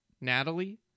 Natalie